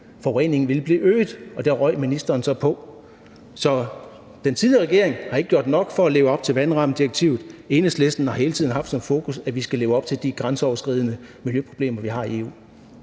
forureningen ville blive øget, og det røg ministeren så på. Så den tidligere regering har ikke gjort nok for at leve op til vandrammedirektivet. Enhedslisten har hele tiden haft som fokus, at vi skal leve op til kravene i forhold til de grænseoverskridende miljøproblemer, vi har i EU.